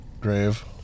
grave